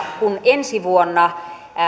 kun ensi vuonna